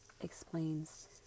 explains